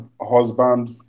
husband